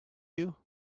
you